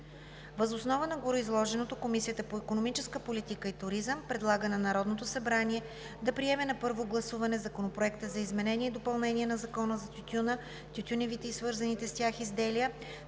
Въз основа на гореизложеното Комисията по икономическа политика и туризъм предлага на Народното събрание да приеме на първо гласуване Законопроект за изменение и допълнение на Закона за тютюна, тютюневите и свързаните с тях изделия,